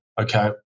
okay